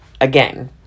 Again